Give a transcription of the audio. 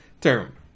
term